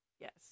Yes